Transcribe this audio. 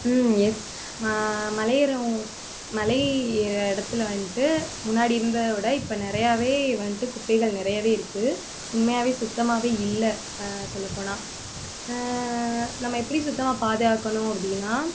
ம் எஸ் ம மலையேறுகிறவங்க மலை ஏறுகிற இடத்துல வந்துட்டு முன்னாடி இருந்ததை விட இப்போ நிறையாவே வந்துட்டு குப்பைகள் நிறையவே இருக்குது உண்மையாகவே சுத்தமாகவே இல்லை சொல்லப்போனால் நம்ம எப்படி சுத்தமாக பாதுகாக்கணும் அப்படின்னா